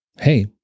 Hey